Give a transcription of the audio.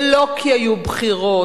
ולא כי היו בחירות,